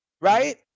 right